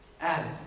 added